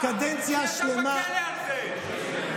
של הפצת יהדות בדרכי נועם,